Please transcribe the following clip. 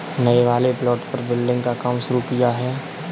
नए वाले प्लॉट पर बिल्डिंग का काम शुरू किया है